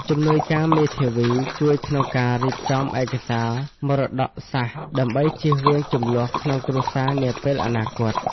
ជំនួយការមេធាវីជួយក្នុងការរៀបចំឯកសារមរតកសាសន៍ ដើម្បីចៀសវាងជម្លោះក្នុងគ្រួសារនាពេលអនាគត។